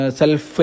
self